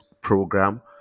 program